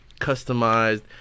customized